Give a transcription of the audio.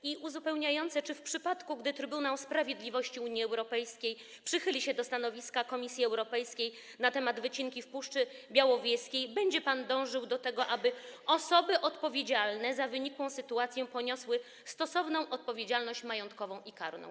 I pytanie uzupełniające: Czy w przypadku, gdy Trybunał Sprawiedliwości Unii Europejskiej przychyli się do stanowiska Komisji Europejskiej na temat wycinki w Puszczy Białowieskiej, będzie pan dążył do tego, aby osoby odpowiedzialne za wynikłą sytuację poniosły stosowną odpowiedzialność majątkową i karną?